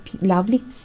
lovely